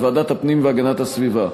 לוועדת הפנים והגנת הסביבה.